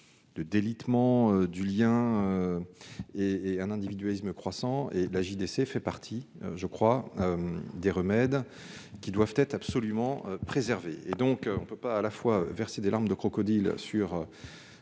de délitement du lien social et un individualisme croissant ; la JDC fait partie, à mon sens, des remèdes qui doivent être absolument préservés. On ne peut pas à la fois verser des larmes de crocodile sur